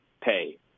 pay